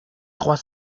trois